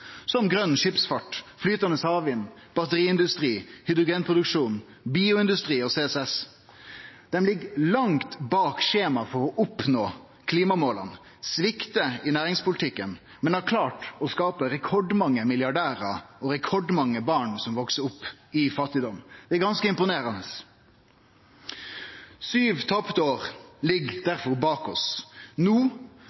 som grøn skipsfart, flytande havvind, batteriindustri, hydrogenproduksjon, bioindustri og CCS. Dei ligg langt bak skjema for å oppnå klimamåla og sviktar i næringspolitikken, men har klart å skape rekordmange milliardærar og rekordmange barn som veks opp i fattigdom. Det er ganske imponerande. Sju tapte år ligg